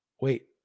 wait